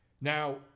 Now